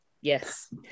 Yes